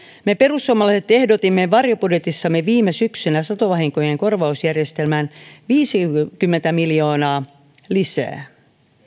me perussuomalaiset ehdotimme varjobudjetissamme viime syksynä satovahinkojen korvausjärjestelmään viisikymmentä miljoonaa lisää